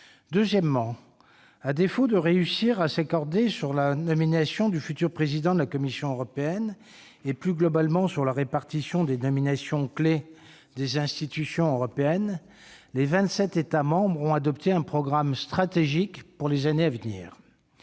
Deuxièmement, à défaut de réussir à s'accorder sur la nomination du futur président de la Commission européenne, et, plus globalement, sur la répartition des nominations aux postes clés des institutions européennes, les vingt-sept États membres ont adopté un programme stratégique pour les années à venir.